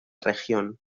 región